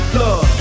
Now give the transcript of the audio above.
love